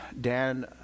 Dan